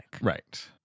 Right